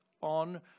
on